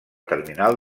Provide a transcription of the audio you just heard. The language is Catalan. terminal